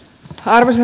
varsin